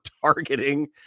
targeting